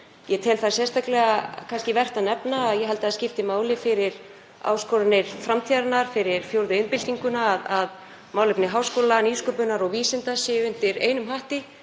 Ég tel sérstaklega vert að nefna að ég held að það skipti máli fyrir áskoranir framtíðarinnar, fyrir fjórðu iðnbyltinguna, að málefni háskóla, nýsköpunar og vísinda séu undir einum hatti.